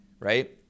right